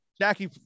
Jackie